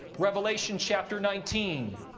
revelation, chapter nineteen,